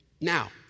Now